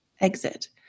Exit